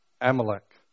Amalek